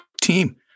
team